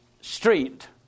street